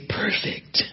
perfect